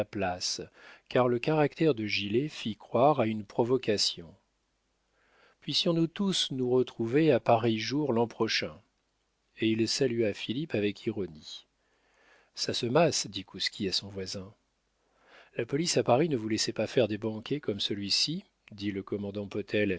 car le caractère de gilet fit croire à une provocation puissions-nous tous nous retrouver à pareil jour l'an prochain et il salua philippe avec ironie ça se masse dit kouski à son voisin la police à paris ne vous laissait pas faire des banquets comme celui-ci dit le commandant